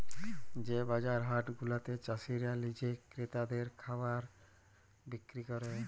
যে বাজার হাট গুলাতে চাসিরা লিজে ক্রেতাদের খাবার বিক্রি ক্যরে